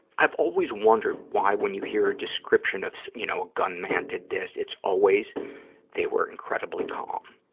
i've always wondered why when you hear a description of, you know, a gunman did this, it's always they were incredibly calm,